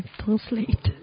translate